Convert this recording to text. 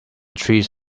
trees